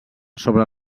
sobre